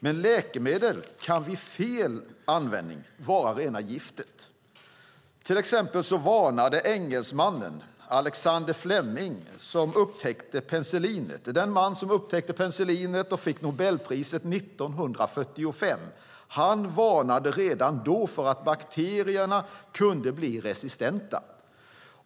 Men läkemedel kan vid fel användning vara rena giftet. Till exempel varnade engelsmannen Alexander Fleming, som upptäckte penicillinet och fick Nobelpriset 1945, redan då för att bakterierna kunde bli resistenta.